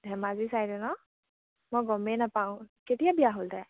ধেমাজি চাইডে ন মই গমেই নাপাওঁ কেতিয়া বিয়া হ'ল তাইৰ